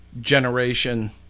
generation